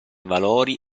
valori